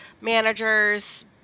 managers